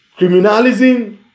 criminalizing